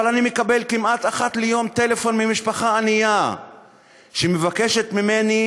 אבל אני מקבל כמעט אחת ליום טלפון ממשפחה ענייה שמבקשת ממני,